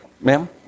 Ma'am